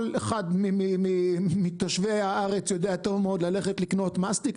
כל אחד מתושבי הארץ יודע טוב מאוד ללכת לקנות מסטיק,